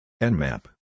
Nmap